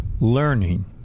learning